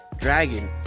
Dragon